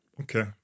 Okay